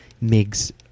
Mig's